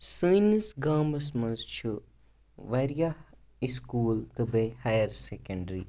سٲنِس گامَس منٛز چھِ واریاہ اِسکوٗل تہٕ بیٚیہِ ہَیَر سٮ۪کٮ۪نٛڈرٛی